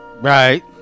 Right